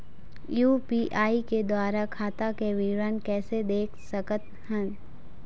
UPI के द्वारा खाता के विवरण कैसे देख सकत हन?